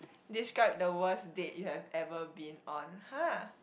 describe the worst date you have ever been on !huh!